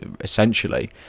essentially